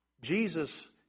Jesus